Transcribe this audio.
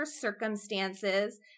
circumstances